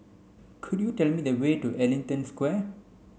could you tell me the way to Ellington Square